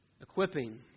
equipping